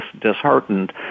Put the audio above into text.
disheartened